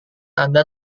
anda